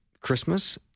Christmas